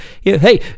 Hey